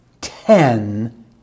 ten